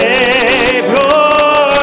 Savior